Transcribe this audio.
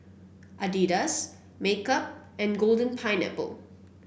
Adidas MKUP and Golden Pineapple